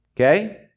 okay